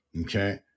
okay